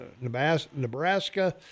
Nebraska